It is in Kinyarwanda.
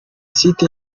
site